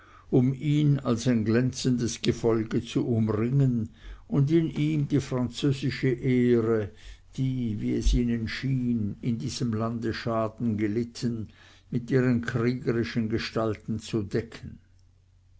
um ihn als ein glänzendes gefolge zu umringen und in ihm die französische ehre die wie es ihnen schien in diesem lande schaden gelitten mit ihren kriegerischen gestalten zu decken